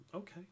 okay